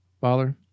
father